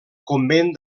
convent